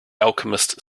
alchemist